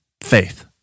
faith